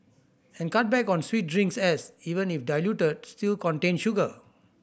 and cut back on sweet drinks as even if diluted still contain sugar